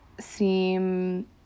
Seem